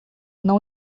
não